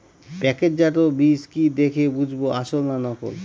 প্যাকেটজাত বীজ কি দেখে বুঝব আসল না নকল?